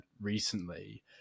recently